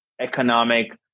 economic